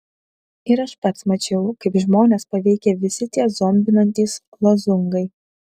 ir aš pats mačiau kaip žmones paveikia visi tie zombinantys lozungai